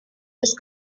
los